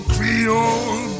Creole